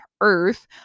earth